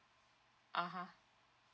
(uh huh)